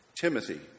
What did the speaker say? Timothy